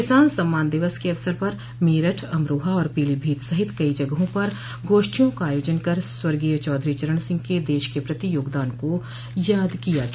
किसान सम्मान दिवस के अवसर पर मेरठ अमरोहा और पीलीभीत सहित कई जगहों पर गोष्ठियों का आयोजन कर स्वर्गीय चौधरी चरण सिंह क देश के प्रति योगदान को याद किया गया